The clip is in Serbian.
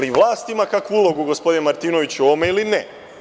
Da li vlast ima kakvu ulogu, gospodine Martinoviću u ovome ili ne?